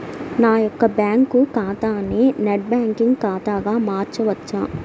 నా యొక్క బ్యాంకు ఖాతాని నెట్ బ్యాంకింగ్ ఖాతాగా మార్చవచ్చా?